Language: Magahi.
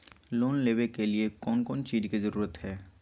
लोन लेबे के लिए कौन कौन चीज के जरूरत है?